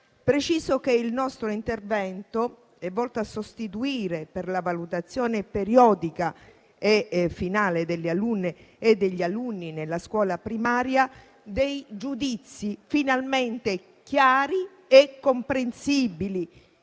preciso che il nostro intervento è volto a sostituire, per la valutazione periodica e finale delle alunne e degli alunni nella scuola primaria, dei giudizi finalmente chiari e comprensibili